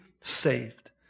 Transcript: saved